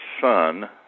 son